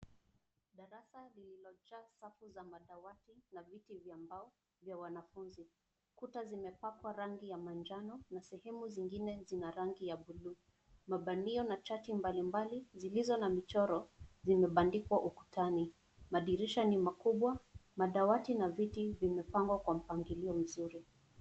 Darasa liilojaa safu za madawati na viti vya mbao vya wanafunzi. Kuta zimepakwa rangi ya manjano na sehemu zingine zina rangi ya buluu. Mabaniyo na chati mbali mbali zilizo na michoro zimebandikwa ukutani. Madirisha ni makubwa madawati na viti vimepangwa kwa mpangilio mzuri.